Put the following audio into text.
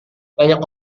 banyak